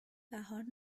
بهار